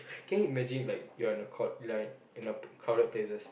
can you imagine like you are in a court like in a crowded places